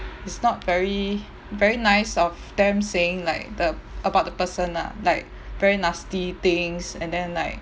it's not very very nice of them saying like the about the person lah like very nasty things and then like